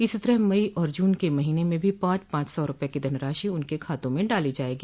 इसी तरह मई और जून के महीने में भी पांच पांच सौ रुपये की धनराशि उनके खातों में डाली जाएगी